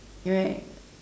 right